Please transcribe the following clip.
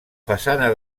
façana